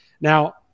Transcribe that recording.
Now